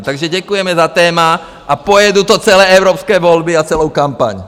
Takže děkujeme za téma a pojedu to celé evropské volby a celou kampaň!